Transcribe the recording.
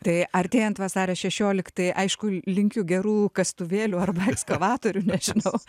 tai artėjant vasario šešioliktai aišku linkiu gerų kastuvėlių arba ekskavatorių nežinau